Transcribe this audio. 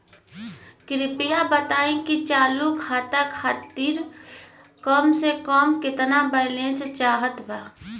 कृपया बताई कि चालू खाता खातिर कम से कम केतना बैलैंस चाहत बा